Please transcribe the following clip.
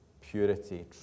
purity